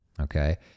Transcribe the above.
Okay